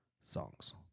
Songs